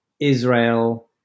Israel